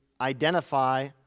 identify